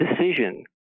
decision